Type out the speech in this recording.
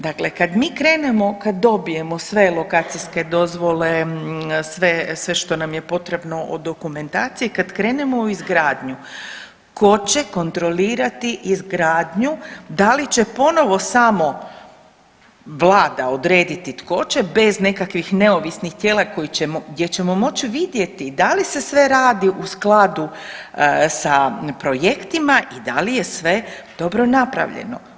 Dakle, kad mi krenemo kad dobijemo sve lokacijske dozvole, sve što nam je potrebno od dokumentacije i kad krenemo u izgradnju tko će kontrolirati izgradnju da li će ponovo samo vlada odrediti tko će bez nekakvih neovisnih tijela koji ćemo, gdje ćemo moći vidjeti da li se sve radi u skladu sa projektima i da li je sve dobro napravljeno.